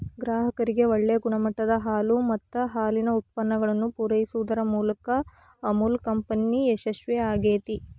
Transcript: ಗ್ರಾಹಕರಿಗೆ ಒಳ್ಳೆ ಗುಣಮಟ್ಟದ ಹಾಲು ಮತ್ತ ಹಾಲಿನ ಉತ್ಪನ್ನಗಳನ್ನ ಪೂರೈಸುದರ ಮೂಲಕ ಅಮುಲ್ ಕಂಪನಿ ಯಶಸ್ವೇ ಆಗೇತಿ